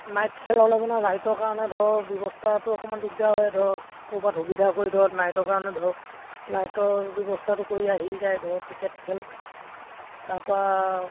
night খেল হ'লে মানে লাইটৰ কাৰণে ধৰ ব্যৱস্থাটো অকণমান দিগদাৰ হয় ধৰ ক'ৰবাত সুবিধা কৰি ধৰ নাইটৰ কাৰণে ধৰ লাইটৰ ব্যৱস্থাটো কৰি আহি যায় ধৰ ক্ৰিকেট খেল তাৰপৰা